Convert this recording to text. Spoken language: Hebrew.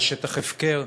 זה שטח הפקר,